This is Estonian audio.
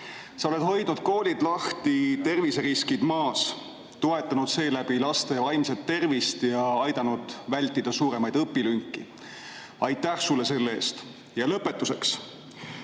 Sa oled hoidnud koolid lahti, terviseriskid maas, toetanud seeläbi laste vaimset tervist ja aidanud vältida suuremaid õpilünki. Aitäh sulle selle eest! Ja lõpetuseks.